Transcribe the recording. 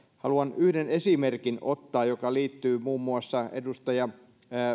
haluan ottaa yhden esimerkin joka liittyy muun muassa edustaja